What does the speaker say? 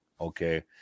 Okay